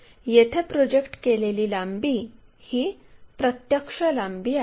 तर येथे प्रोजेक्ट केलेली लांबी ही प्रत्यक्ष लांबी आहे